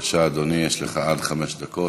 בבקשה, אדוני, יש לך עד חמש דקות.